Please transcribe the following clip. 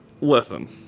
Listen